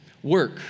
Work